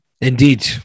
Indeed